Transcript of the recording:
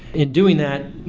in doing that,